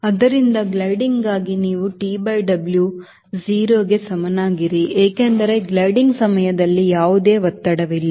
ಆದ್ದರಿಂದ ಗ್ಲೈಡಿಂಗ್ಗಾಗಿ ನೀವು TW 0 ಗೆ ಸಮನಾಗಿರಿ ಏಕೆಂದರೆ ಗ್ಲೈಡಿಂಗ್ ಸಮಯದಲ್ಲಿ ಯಾವುದೇ ಒತ್ತಡವಿಲ್ಲ